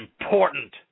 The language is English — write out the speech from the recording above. important